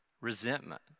resentment